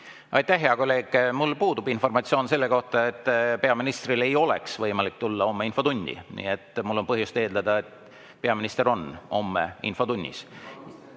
Aitäh, hea kolleeg! Mul puudub informatsioon selle kohta, et peaministril ei oleks võimalik homme infotundi tulla. Mul on põhjust eeldada, et peaminister on homme infotunnis.